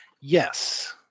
yes